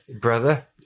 Brother